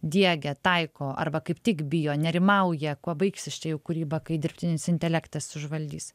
diegia taiko arba kaip tik bijo nerimauja kuo baigsis čia jau kūryba kai dirbtinis intelektas užvaldys